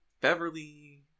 Beverly